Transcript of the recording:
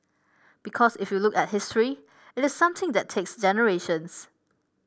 because if you look at history it is something that takes generations